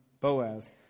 Boaz